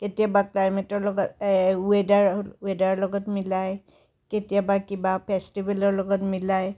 কেতিয়াবা ক্লাইমেটৰ লগত ৱেডাৰ ৱেডাৰৰ লগত মিলাই কেতিয়াবা কিবা ফেষ্টিভেলৰ লগত মিলাই